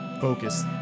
focus